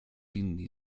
inni